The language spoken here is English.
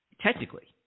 technically